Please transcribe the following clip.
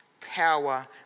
power